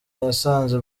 yasanze